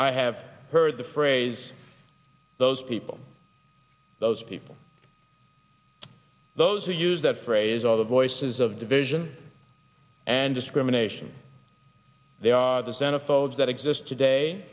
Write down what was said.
i have heard the phrase those people those people those who use that phrase are the voices of division and discrimination they are the xenophobes that exist today